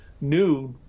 new